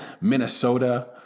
Minnesota